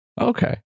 okay